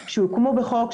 שיוקמו בחוק,